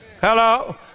Hello